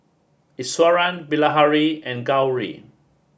Iswaran Bilahari and Gauri